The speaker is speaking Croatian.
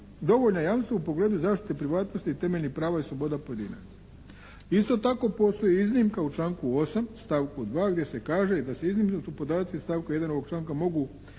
dovoljna jamstva u pogledu zaštite privatnosti i temeljnih prava i sloboda pojedinaca. Isto tako postoji iznimka u članku 8. stavku 2. gdje se kaže da se iznimno podaci iz stavka 1. ovog članka mogu